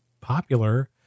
popular